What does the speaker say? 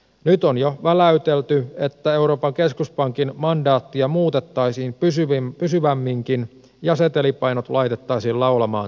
nyt on jo väläytelty että euroopan keskuspankin mandaattia muutettaisiin pysyvämminkin ja setelipainot laitettaisiin laulamaan talous vauhtiin